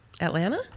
Atlanta